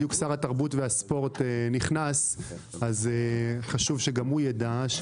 בדיוק שר התרבות והספורט נכנס אז חשוב שגם הוא יידע.